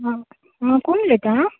आं हां कोण उलयता